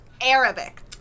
Arabic